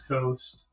Coast